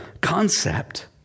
concept